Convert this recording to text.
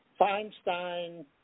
Feinstein